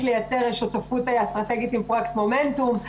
לייצר שותפות אסטרטגית עם פרויקט מומנטום,